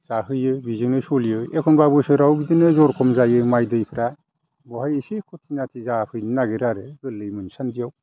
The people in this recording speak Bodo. जाहोयो बिजोंनो सोलियो एखनब्ला बोसोराव बिदिनो जर खम जायो माइ दैफ्रा बेवहाय एसे खाथि नाथि जाफैनो नागिरो आरो गोरलै मोनसानदिआव